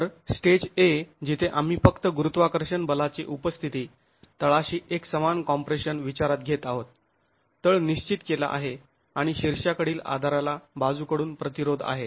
तर stage 'A' जिथे आम्ही फक्त गुरुत्वाकर्षण बला ची उपस्थिती तळाशी एकसमान कॉम्प्रेशन विचारात घेत आहोत तळ निश्चित केला आहे आणि शीर्षाकडील आधाराला बाजूकडून प्रतिरोध आहे